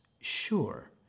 sure